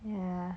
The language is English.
ya